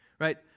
Right